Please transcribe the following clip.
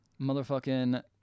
motherfucking